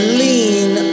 lean